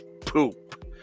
poop